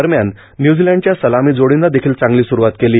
दरम्यान न्युझिलंडच्या सलामी जोडीनं देखील चांगली सुरूवात केली